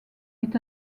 est